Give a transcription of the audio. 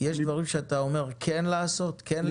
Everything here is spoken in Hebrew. יש דברים שאתה אומר כן לעשות וכן לקדם.